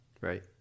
Right